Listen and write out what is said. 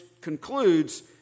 concludes